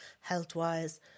health-wise